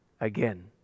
again